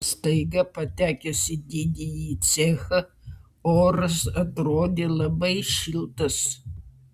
staiga patekus į didįjį cechą oras atrodė labai šiltas